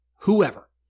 whoever